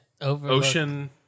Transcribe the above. Ocean